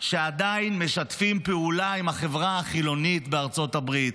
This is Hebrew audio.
שעדיין משתפים פעולה עם החברה החילונית בארצות הברית.